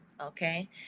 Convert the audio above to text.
Okay